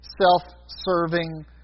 self-serving